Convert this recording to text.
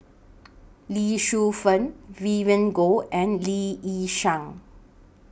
Lee Shu Fen Vivien Goh and Lee Yi Shyan